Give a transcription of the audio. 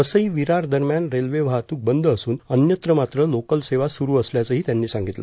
वसई विरार दरम्यान रेल्वे वाहतूक बंद असून अन्यत्र मात्र लोकल सेवा सुरू असल्याचंही त्यांनी सांगितलं